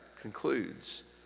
concludes